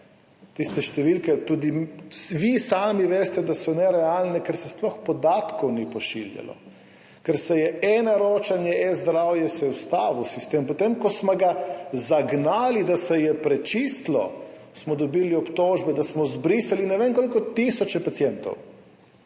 tiste številke, tudi vi sami veste, da so nerealne, ker se sploh podatkov ni pošiljalo, ker eNaročanje, eZdravje, sistem se je ustavil. Potem ko smo ga zagnali, da se je prečistilo, smo dobili obtožbe, da smo zbrisali ne vem koliko tisoč pacientov.